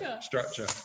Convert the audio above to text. Structure